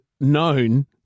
Known